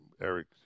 Eric